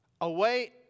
away